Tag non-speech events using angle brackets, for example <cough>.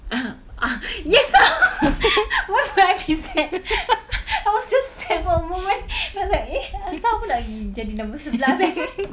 uh ah yes ah <noise> why would I be sad <noise> I was just sad for a moment cause like eh asal aku nak pergi jadi nombor sebelas eh